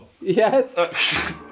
Yes